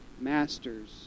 masters